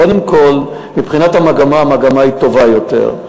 קודם כול, מבחינת המגמה, המגמה היא טובה יותר.